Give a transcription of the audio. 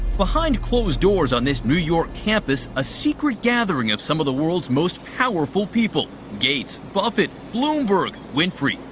behind closed doors on this new york campus, a secret gathering of some of the world's most powerful people gates, buffett, bloomberg, winfrey.